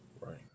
Right